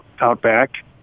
Outback